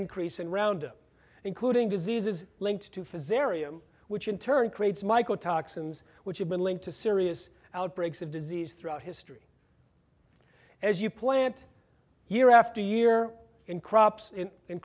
increase in roundup including diseases linked to fit their e m which in turn creates micro toxins which have been linked to serious outbreaks of disease throughout history as you plant year after year in crops in